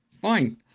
Fine